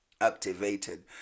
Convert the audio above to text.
Activated